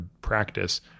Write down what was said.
practice